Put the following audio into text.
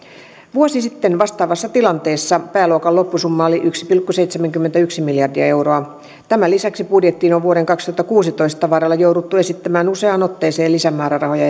vuosi sitten vastaavassa tilanteessa pääluokan loppusumma oli yksi pilkku seitsemänkymmentäyksi miljardia euroa tämän lisäksi budjettiin on vuoden kaksituhattakuusitoista varalle jouduttu esittämään useaan otteeseen lisämäärärahoja